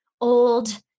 old